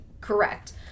Correct